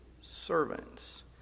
servants